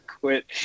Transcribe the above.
quit